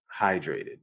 hydrated